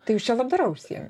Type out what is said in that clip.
tai jūs čia labdara užsiemat